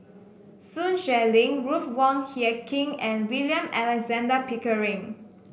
Sun Xueling Ruth Wong Hie King and William Alexander Pickering